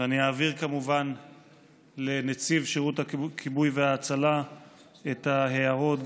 ואני אעביר כמובן לנציב שירות כיבוי והצלה את ההערות,